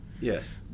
Yes